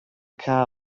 car